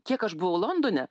kiek aš buvau londone